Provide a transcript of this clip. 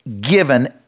given